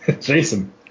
Jason